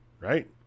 Right